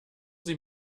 sie